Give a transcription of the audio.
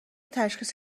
تشخیص